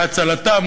בהצלתם.